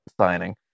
signing